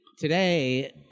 Today